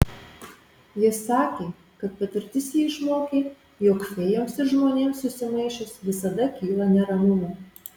jis sakė kad patirtis jį išmokė jog fėjoms ir žmonėms susimaišius visada kyla neramumų